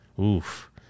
Oof